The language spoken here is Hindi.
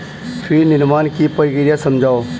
फीड निर्माण की प्रक्रिया समझाओ